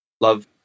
Love